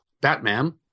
Batman